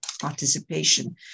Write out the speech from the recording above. participation